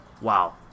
Wow